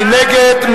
מי נגד?